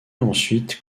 ensuite